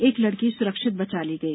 एक लड़की सुरक्षित बचा ली गई